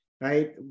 right